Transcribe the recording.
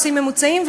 עושים ממוצעים,